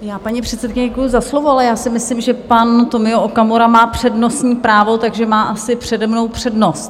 Já paní předsedkyni děkuju za slovo, ale já si myslím, že pan Tomio Okamura má přednostní právo, takže má asi přede mnou přednost.